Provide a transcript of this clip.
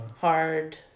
hard